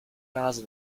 nase